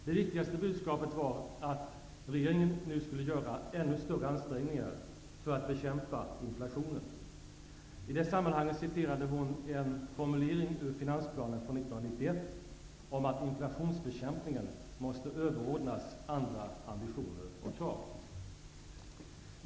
Det viktigaste budskapet var att regeringen nu skulle göra ännu större ansträngningar för att bekämpa inflationen. I det sammanhanget citerade hon en formulering ur finansplanen från 1991 om att inflationsbekämpningen måste överordnas andra ambitioner och krav.